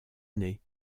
nés